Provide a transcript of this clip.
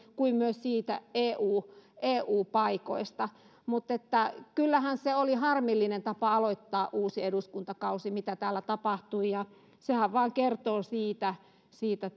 kuin myös eu eu paikoista kyllähän se oli harmillinen tapa aloittaa uusi eduskuntakausi mitä täällä tapahtui ja sehän vain kertoo siitä siitä